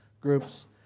groups